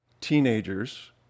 teenagers